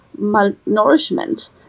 malnourishment